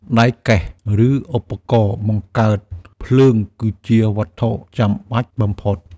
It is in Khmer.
ដែកកេះ ឬឧបករណ៍បង្កើតភ្លើងគឺជាវត្ថុចាំបាច់បំផុត។